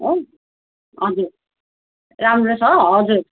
हो हजुर राम्रो छ हजुर